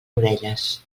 orelles